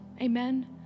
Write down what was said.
amen